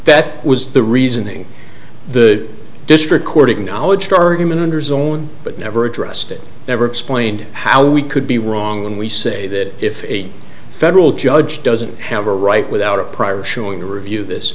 that was the reasoning the district court acknowledged argument hundreds own but never addressed it never explained how we could be wrong when we say that if a federal judge doesn't have a right without a prior showing to review this